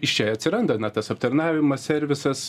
iš čia atsiranda na tas aptarnavimas servisas